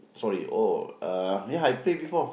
sorry oh uh ya I pay before